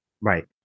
right